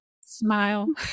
smile